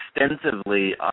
extensively